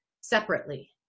separately